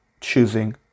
choosing